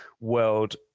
world